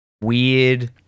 weird